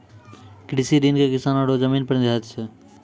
कृषि ऋण किसानो रो जमीन पर निर्धारित छै